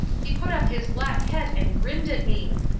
he put up his black head and grinned at me.